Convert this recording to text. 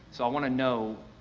so i want to know,